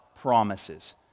promises